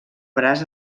braç